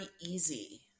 easy